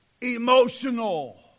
emotional